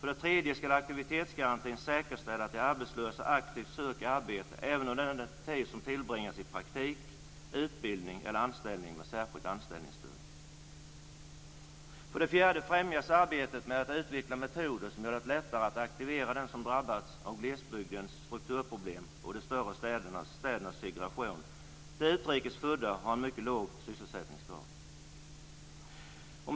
För det tredje ska den säkerställa att de arbetslösa aktivt söker arbete även under den tid som tillbringas i praktik, utbildning eller anställning med särskilt anställningsstöd. För det fjärde främjar den arbetet med att utveckla metoder som gör det lättare att aktivera dem som drabbas av glesbygdens strukturproblem och de större städernas segregation, där utrikes födda har en mycket låg sysselsättningsgrad.